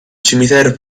cimitero